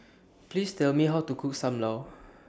Please Tell Me How to Cook SAM Lau